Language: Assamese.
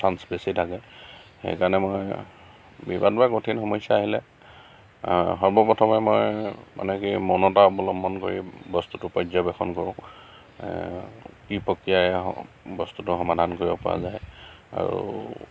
চাঞ্চ বেছি থাকে সেইকাৰণে মই বিবাদ বা কঠিন সমস্যা আহিলে সৰ্ব প্ৰথমে মই মানে কি মৌনতা অৱলম্বন কৰি বস্তুটো পৰ্যবেক্ষণ কৰোঁ কি প্ৰক্ৰিয়াৰে বস্তুটো সমাধান কৰিব পৰা যায় আৰু